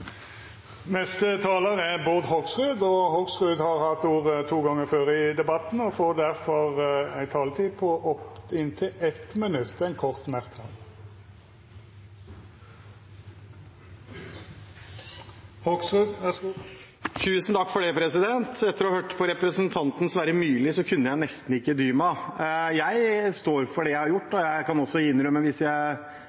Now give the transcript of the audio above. Hoksrud har hatt ordet to gonger tidlegare i debatten og får ordet til ein kort merknad, avgrensa til 1 minutt. Tusen takk for det! Etter å ha hørt på representanten Sverre Myrli kunne jeg nesten ikke dy meg. Jeg står for det jeg har gjort,